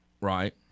Right